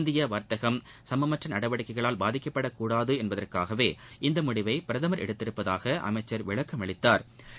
இந்திய வர்த்தகம் சமமற்ற நடவடிக்கைகளால் பாதிக்கப்பட கூடாது என்பதற்காகவே இந்த முடிவை பிரதமா் எடுத்திருப்பதாக அமைச்சா் விளக்கம் அளித்தாா்